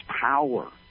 power